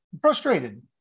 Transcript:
frustrated